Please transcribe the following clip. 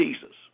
Jesus